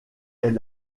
est